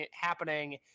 happening